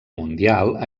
mundial